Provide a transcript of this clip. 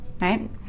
Right